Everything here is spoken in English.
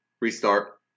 Restart